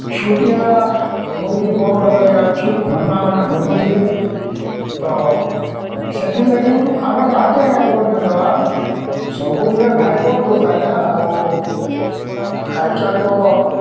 ଛୁଟିଆ ହଉ କି ବଡ଼୍ ହଉ ଆଜ୍ଞା ଘଟଣାମାନେ ଘଟୁଚେ ତ ସେଥିର୍ ଲାଗି ଆମେ କାହାକେ ଆଜ୍ଞା ଦୋଷ୍ ନେ ଦେବାର୍ ସବୁ ନିଜର୍ ଭାଇଗର୍ ଦୋଷ୍ ଆଜ୍ଞା ଆରୁ ଆଏଜ୍ କାଲ୍ ତ